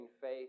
faith